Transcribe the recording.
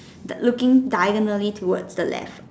the looking diagonally towards the left